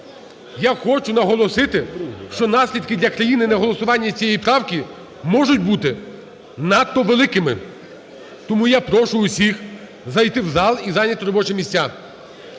Я хочу наголосити, що наслідки для країна неголосування цієї правки можуть бути надто великими. Тому я прошу усіх зайти в зал і зайняти робочі місця.